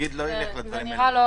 תאגיד לא ילך לדברים האלה.